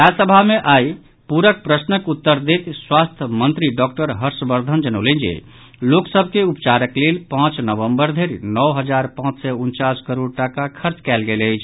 राज्यसभा मे आइ पूरक प्रश्नक उत्तर दैत स्वास्थ्य मंत्री डॉक्टर हर्षवर्धन जनौलनि जे लोक सभ के उपचारक लेल पांच नवम्बर धरि नओ हजार पांच सय उनचास करोड़ टाका खर्च कयल गेल अछि